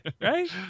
right